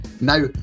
now